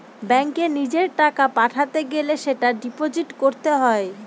ব্যাঙ্কে নিজের টাকা পাঠাতে গেলে সেটা ডিপোজিট করতে হয়